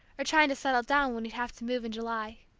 or trying to settle down, when we'd have to move in july.